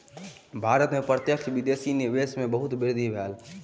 भारत में प्रत्यक्ष विदेशी निवेश में बहुत वृद्धि भेल